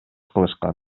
кылышкан